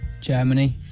Germany